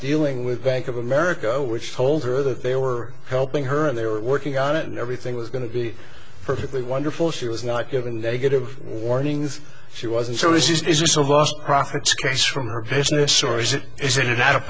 dealing with bank of america which told her that they were helping her and they were working on it and everything was going to be perfectly wonderful she was not given negative warnings she was and so is this a lost profits case from her business or is it is it out of